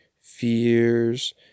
fears